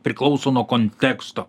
priklauso nuo konteksto